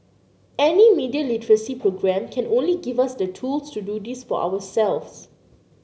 any media literacy programme can only give us the tools to do this for ourselves